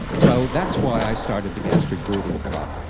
so that's why i started the gastric brooding frog.